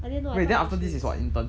I didn't know I thought is she's